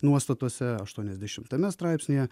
nuostatose aštuoniasdešimtame straipsnyje